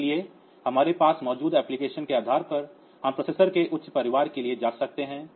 इसलिए हमारे पास मौजूद एप्लिकेशन के आधार पर हम प्रोसेसर के उच्च परिवार के लिए जा सकते हैं